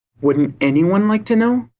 wouldn't anyone like to know?